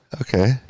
okay